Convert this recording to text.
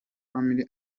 family